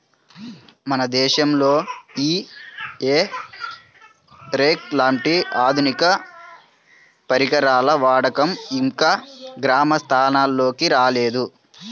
మన దేశంలో ఈ హే రేక్ లాంటి ఆధునిక పరికరాల వాడకం ఇంకా గ్రామ స్థాయిల్లోకి రాలేదు